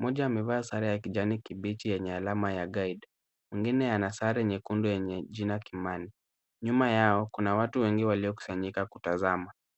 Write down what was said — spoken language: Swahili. Mmoja amevaa sare ya kijani kibichi yenye alama ya [guide]. Mwingine ana sare nyekundu yenye jina ya Kimani. Nyuma yao kuna watu wengi waliokusanyika kutazama.